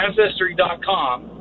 ancestry.com